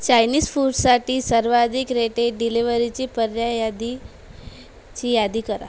Chinese फूडसाठी सर्वाधिक rated डिलेवरीची पर्याय यादीची यादी करा